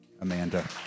Amanda